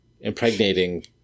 impregnating